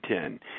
ten